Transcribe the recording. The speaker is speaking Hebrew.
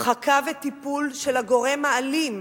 הרחקה וטיפול בגורם האלים,